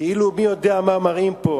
כאילו מי-יודע-מה מראים פה,